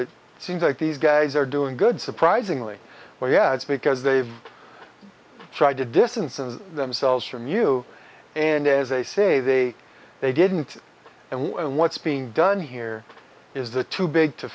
it seems like these guys are doing good surprisingly well yes because they've tried to distance of themselves from you and as i say they they didn't and what's being done here is the too big to